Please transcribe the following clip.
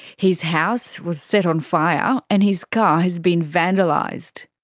his house was set on fire and his car has been vandalised.